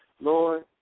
Lord